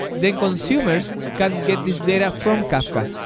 then consumers can get this data from kafka.